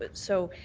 but so